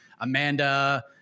Amanda